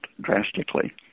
drastically